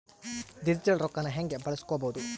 Digital ರೊಕ್ಕನ ಹ್ಯೆಂಗ ಬಳಸ್ಕೊಬೊದು?